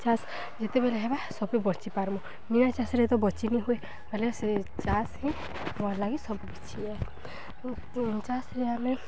ଚାଷ୍ ଯେତେବେଲେ ହେବା ସବୁ ବର୍ଚି ପାର୍ମୁଁ ନିଆଁ ଚାଷ୍ରେ ଯେତ ବର୍ଚିନି ହୁଏ ତାହେଲେ ସେ ଚାଷ୍ ହିଁ ଭଲ ଲାଗି ସବୁ କିିଛି ଚାଷ୍ରେ ଆମେ